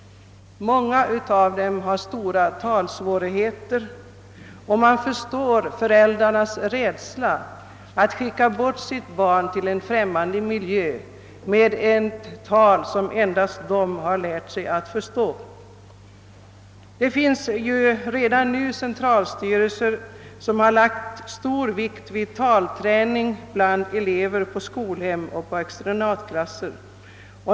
Många av dem har stora talsvårigheter. Jag förstår föräldrarnas rädsla för att skicka bort sitt barn till främmande miljö när barnet talar på ett sätt som endast föräldrarna lärt sig begripa. Redan finns det emellertid centralstyrelser som har lagt stor vikt vid talträning bland elever på skolhem och i externatklasser.